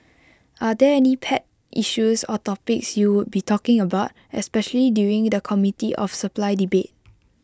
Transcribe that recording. are there any pet issues or topics you would be talking about especially during the committee of supply debate